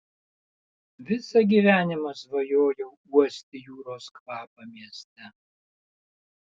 visą gyvenimą svajojau uosti jūros kvapą mieste